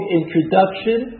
introduction